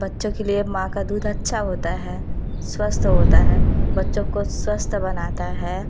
बच्चों के लिए माँ का दूध अच्छा होता है स्वस्थ होता है बच्चों को स्वस्थ बनाता है